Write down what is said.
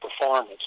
performance